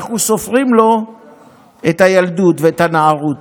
אנחנו סופרים לו את הילדות ואת הנערות.